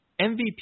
MVP